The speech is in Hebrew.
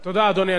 תודה, אדוני.